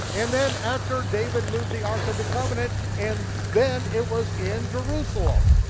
and then after david moved the ark of the covenant and then it was in jerusalem.